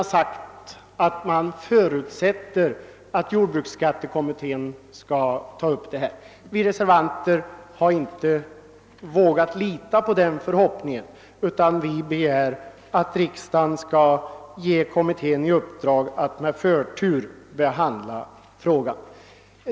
Utskottsmajoriteten förutsätter att jordbruksskattekommittén skall ta upp denna fråga. Vi reservanter vågar inte utan vidare hysa den förhoppningen, utan vi begär att riksdagen skall ge kommittén i uppdrag att med förtur behandla frågan.